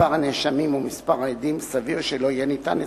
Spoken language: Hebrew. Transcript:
מספר הנאשמים ומספר העדים סביר שלא ניתן יהיה